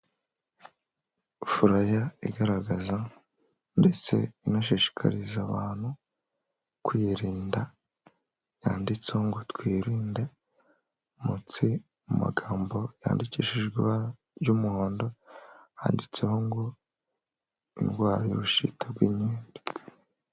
Furaya igaragaza ndetse inashishikariza abantu kwirinda, yanditseho ngo twirinde, munsi mu magambo yandikishijwe ibara ry'umuhondo, handitseho ngo indwara y'ubushita bw'inkende.